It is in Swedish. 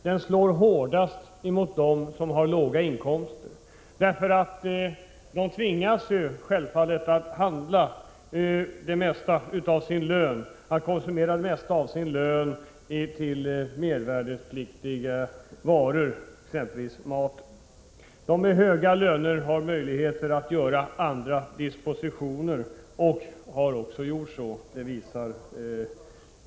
De som har höga löner har möjligheter att göra andra dispositioner, och de har också gjort det.